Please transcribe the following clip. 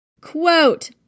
Quote